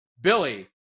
Billy